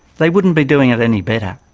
they wouldn't be doing it any better.